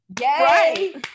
Yay